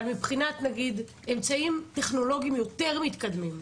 מה קורה מבחינת אמצעים טכנולוגיים יותר מתקדמים?